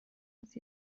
yüz